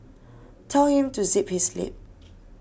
tell him to zip his lip